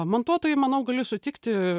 montuotojai manau gali sutikti